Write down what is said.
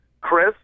Chris